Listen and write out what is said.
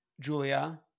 Julia